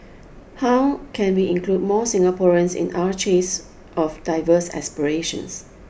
how can we include more Singaporeans in our chase of diverse aspirations